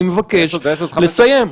אני מבקש לסיים.